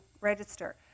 register